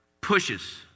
pushes